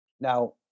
Now